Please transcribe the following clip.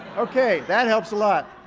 okay. that helps a lot.